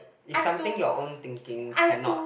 is something your own thinking cannot